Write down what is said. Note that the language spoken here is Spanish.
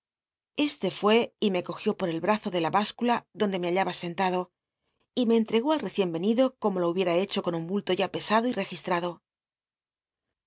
ste fué y me cogió po i el brazo de la bciscula donde enido me hallaba sentado y me entregó al recien y como lo hubiera hecho con un bulto ya pesado y registrado